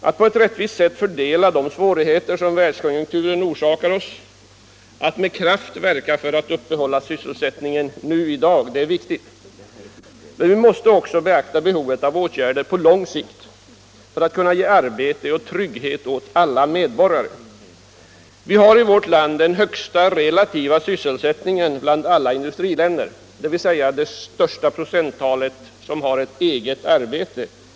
Att på ett rättvist sätt fördela de svårigheter som världskonjunkturen orsakar oss och att med kraft verka för att uppehålla sysselsättningen nu är viktigt. Men vi måste också beakta behovet av åtgärder på lång sikt för att kunna ge arbete och trygghet åt alla medborgare. Vi har i vårt land den högsta relativa sysselsättningen bland alla industriländer, dvs. den högsta procentandelen vuxna med ett förvärvsarbete.